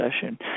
session